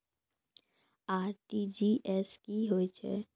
RTGS की होय छै?